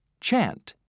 Chant